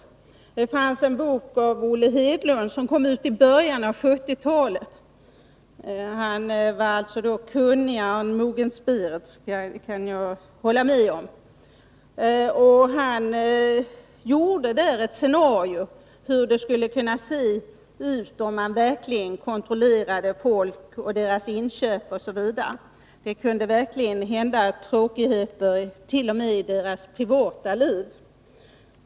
Olle Hedlund presenterade i en bok som kom ut i början av 1970-talet — han var säkert kunnigare än Mogens Berendt om svenska förhållanden — en beskrivning av hur det skulle kunna se ut om man verkligen kontrollerade folk, deras inköp osv. Det skulle kunna bli tråkigheter för den enskilde t.o.m. i deras privata liv.